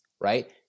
right